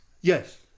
Yes